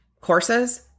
courses